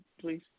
please